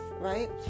right